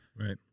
Right